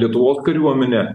lietuvos kariuomenė